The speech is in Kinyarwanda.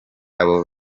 abo